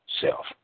self